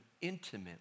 intimate